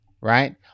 right